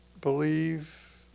believe